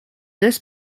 this